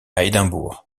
édimbourg